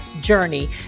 journey